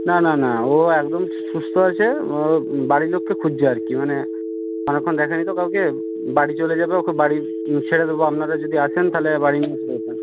না না না ও একদম সুস্থ আছে ও বাড়ির লোককে খুঁজছে আর কি মানে অনেকক্ষণ দেখেনি তো কাউকে বাড়ি চলে যাবে ওকে বাড়ি ছেড়ে দেবো আপনারা যদি আসেন তাহলে বাড়ি নিয়ে চলে যেতেন